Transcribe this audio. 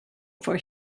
for